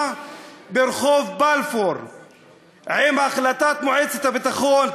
ברחוב בלפור עם החלטת מועצת הביטחון,